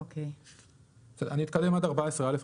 אני אתקדם עד 14(א),